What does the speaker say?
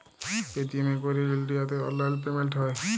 Paytm এ ক্যইরে ইলডিয়াতে অললাইল পেমেল্ট হ্যয়